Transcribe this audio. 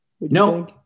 No